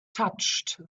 touched